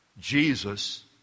Jesus